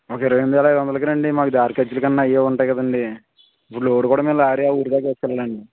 ఒక ఇరవై ఎనిమిది వేల ఐదు వందలకి రండి మాకు దారి ఖర్చులకన్నా అవే ఉంటాయి కదండీ ఇప్పుడు లోడ్ కూడా మేము లారీ అవి విడిగా కట్టాలండి